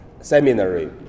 seminary